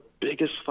biggest